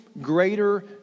greater